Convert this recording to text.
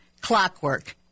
Clockwork